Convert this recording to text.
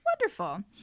Wonderful